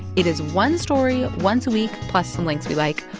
it is one story, once a week, plus some links we like.